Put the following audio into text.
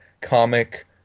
comic